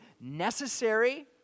necessary